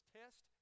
test